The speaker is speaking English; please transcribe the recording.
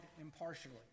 impartially